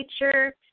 nature